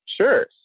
Sure